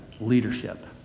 leadership